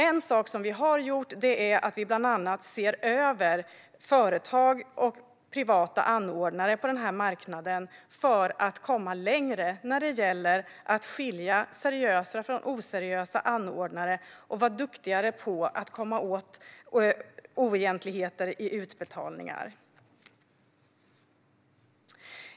En av dem är att vi ser över företag och privata anordnare på den här marknaden för att komma längre när det gäller att skilja seriösa anordnare från oseriösa och vara duktigare på att komma åt oegentligheter i utbetalningar.